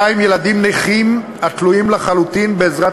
2. ילדים נכים התלויים לחלוטין בעזרת